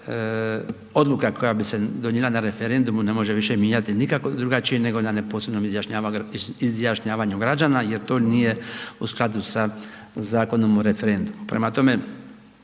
odluka koja bi se donijela na referendumu ne može više mijenjati nikako drugačije nego na neposrednom izjašnjavanju građana jer to nije u skladu sa Zakonom o referendumu. Prema tome,